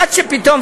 עד שפתאום,